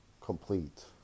complete